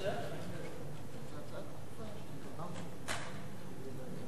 לסדר-היום.